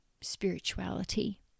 spirituality